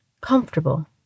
comfortable